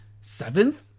seventh